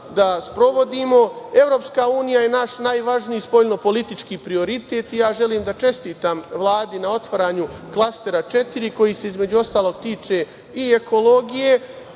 da sprovodimo. Evropska unija je naš najvažniji spoljnopolitički prioritet. Želim da čestitam Vladi na otvaranju Klastera 4 koji se, između ostalog, tiče i ekologije,